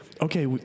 okay